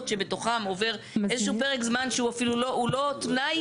שבתוכם עובר איזשהו פרק זמן שהוא אפילו לא הוא לא תנאי,